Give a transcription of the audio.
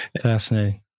Fascinating